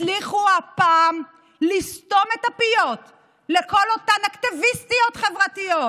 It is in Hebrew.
הצליחו הפעם לסתום את הפיות לכל אותן אקטיביסטיות חברתיות,